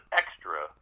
extra